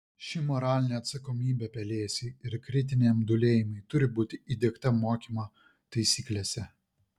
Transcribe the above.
ši moralinė atsakomybė pelėsiui ir kritiniam dūlėjimui turi būti įdiegta mokymo taisyklėse